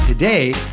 Today